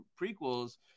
prequels